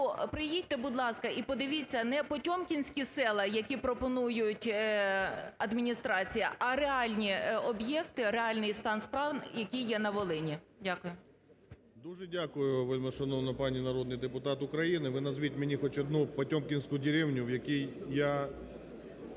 приїдьте, будь ласка, і подивіться не потьомкінські села, які пропонують адміністрація, а реальні об'єкти, реальний стан справ, який є на Волині. Дякую. 10:40:44 ГРОЙСМАН В.Б. Дуже дякую, вельмишановна пані народний депутат України. Ви назвіть мені хоч одну потьомкінську деревню, в якій я...